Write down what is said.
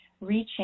reaching